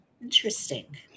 Interesting